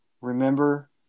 remember